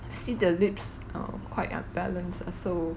see the lips uh quite unbalanced so